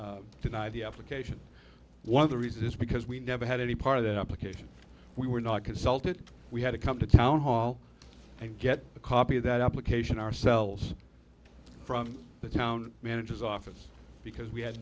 deny the application one of the reasons is because we never had any part of the application we were not consulted we had to come to town hall and get a copy of that application ourselves from the town manager's office because we had